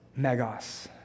Megos